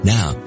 Now